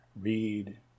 read